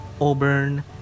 auburn